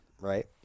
right